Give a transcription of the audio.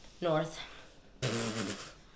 North